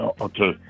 Okay